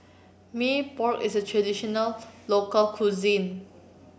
Mee Pok is a traditional local cuisine